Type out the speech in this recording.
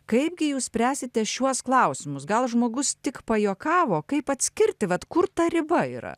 kaipgi jūs spręsite šiuos klausimus gal žmogus tik pajuokavo kaip atskirti vat kur ta riba yra